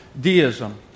deism